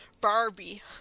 Barbie